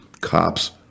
cops